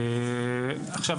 עכשיו,